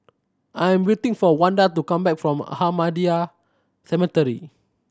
I am waiting for Wanda to come back from Ahmadiyya Cemetery